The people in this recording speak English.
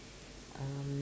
um